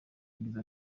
yagize